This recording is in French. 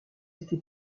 été